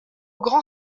grand